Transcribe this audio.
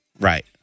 Right